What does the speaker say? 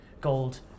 gold